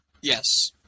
Yes